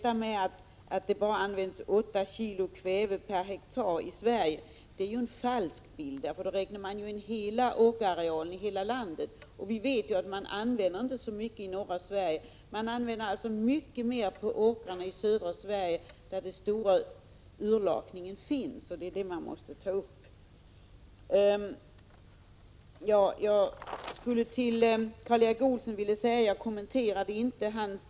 Att det bara används 80 kg kväve per hektar i Sverige är en falsk bild. Då räknar man ju in åkerarealen i hela landet, men vi vet ju att man inte använder så mycket i norra Sverige. Man använder mycket mer av dessa medel på åkrarna i södra Sverige, där den stora urlakningen finns, och det är det väsentliga. Jag kommenterade inte Karl Erik Olssons anförande i mitt första inlägg. — Prot.